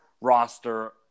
roster